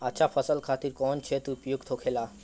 अच्छा फसल खातिर कौन क्षेत्र उपयुक्त होखेला?